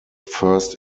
first